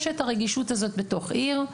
יש את הרגישות הזאת בתוך עיר,